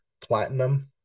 platinum